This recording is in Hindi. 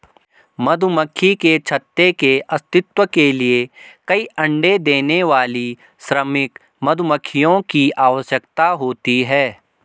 मधुमक्खी के छत्ते के अस्तित्व के लिए कई अण्डे देने वाली श्रमिक मधुमक्खियों की आवश्यकता होती है